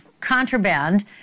contraband